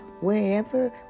wherever